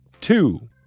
two